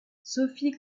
sophie